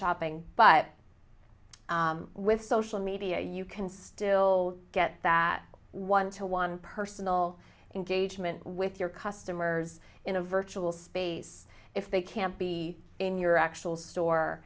shopping but with social media you can still get that one to one personal engagement with your customers in a virtual space if they can't be in your actual store